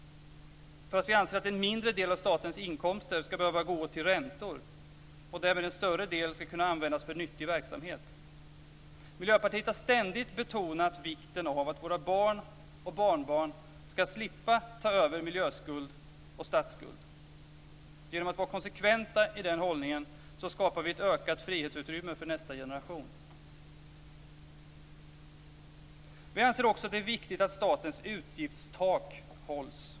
Därmed kan en större del användas för nyttig verksamhet. Miljöpartiet har ständigt betonat vikten av att våra barn och barnbarn ska slippa ta över miljöskuld och statsskuld. Genom att vara konsekventa i den hållningen skapar vi ett ökat frihetsutrymme för nästa generation.